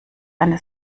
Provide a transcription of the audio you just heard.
eine